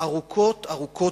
ארוכות בתורים.